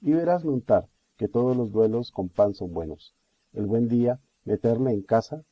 y verásme untar que todos los duelos con pan son buenos el buen día meterle en casa